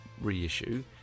reissue